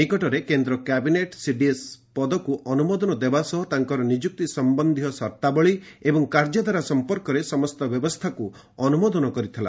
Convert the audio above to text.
ନିକଟରେ କେନ୍ଦ୍ର କ୍ୟାବିନେଟ୍ ସେ ସିଡିଏସ୍ ପଦକୁ ଅନୁମୋଦନ ଦେବା ସହ ତାଙ୍କର ନିଯୁକ୍ତି ସମ୍ଭନ୍ଧିୟ ସର୍ତ୍ତାବଳୀ ଏବଂ କାର୍ଯ୍ୟଧାରା ସମ୍ପର୍କରେ ସମସ୍ତ ବ୍ୟବସ୍ଥାକୁ ଅନୁମୋଦନ କରିଥିଲା